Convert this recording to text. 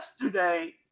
Yesterday